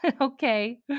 Okay